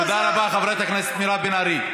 תודה רבה, חברת הכנסת מירב בן ארי.